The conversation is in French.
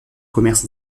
commerce